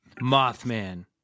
Mothman